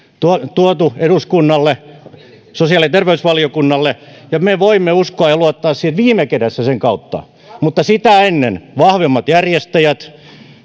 tuotu eduskunnalle sosiaali ja terveysvaliokunnalle ja me voimme uskoa ja luottaa siihen viime kädessä sen kautta mutta sitä ennen vahvemmat järjestäjät